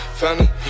family